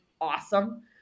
awesome